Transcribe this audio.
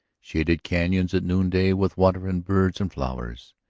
shaded canons at noonday with water and birds and flowers?